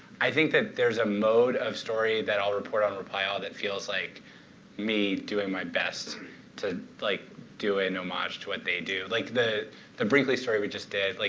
i think that there is a mode of story that i'll report on reply all that feels like me doing my best to like do an and homage to what they do. like, the the brinkley story we just did, like